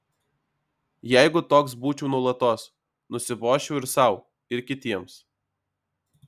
jeigu toks būčiau nuolatos nusibosčiau ir sau ir kitiems